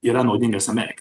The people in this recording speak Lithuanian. yra naudingas amerikai